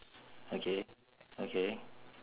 okay okay